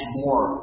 more